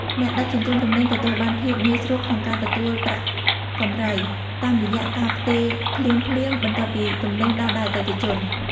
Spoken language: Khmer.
អ្នកដឹកជញ្ជូនទំនិញទទួលបានភាពងាយស្រួលក្នុងការទទួលប្រាក់កម្រៃតាមរយៈការផ្ទេរភ្លាមៗបន្ទាប់ពីទំនិញដល់ដៃអតិថិជន។